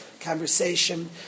conversation